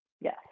Yes